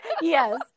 Yes